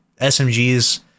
SMGs